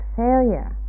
failure